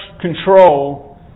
control